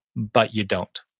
but you don't.